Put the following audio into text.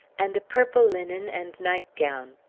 and a purple linen, and nightgown.